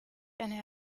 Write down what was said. eine